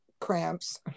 cramps